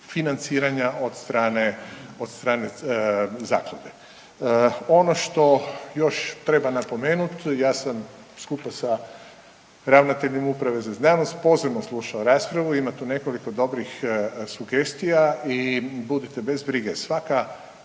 od strane, od strane zaklade. Ono što još treba napomenut, ja sa skupa sa ravnateljem uprave za znanost pozorno slušao raspravu, ima tu nekoliko dobrih sugestija i budite bez brige, svaka